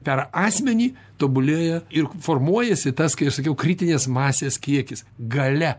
per asmenį tobulėja ir formuojasi tas kaip sakiau kritinės masės kiekis galia